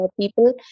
people